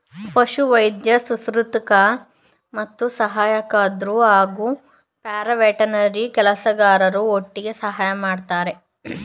ಪಶುವೈದ್ಯ ಶುಶ್ರೂಷಕ ಮತ್ತು ಸಹಾಯಕ್ರು ಹಾಗೂ ಪ್ಯಾರಾವೆಟರ್ನರಿ ಕೆಲಸಗಾರರು ಒಟ್ಟಿಗೆ ಸಹಾಯ ಮಾಡ್ತರೆ